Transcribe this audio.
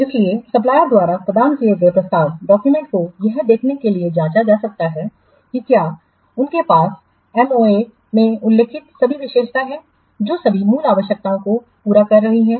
इसलिए सप्लायरस द्वारा प्रदान किए गए प्रस्ताव डाक्यूमेंट्स को यह देखने के लिए जांचा जा सकता है कि क्या उनके पास एमओए में उल्लिखित सभी विशेषताएं हैं जो सभी मूल आवश्यकताओं को पूरा कर रही हैं